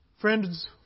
Friends